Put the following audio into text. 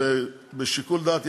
בשיקול דעת,